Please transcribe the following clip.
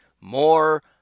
more